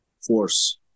force